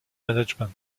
management